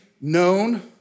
known